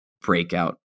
breakout